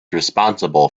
responsible